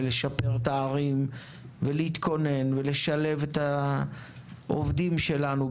לשפר את הערים ולהתכונן ולשלב את העובדים שלנו.